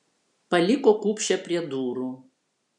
paliko kupšę prie durų